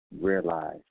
realize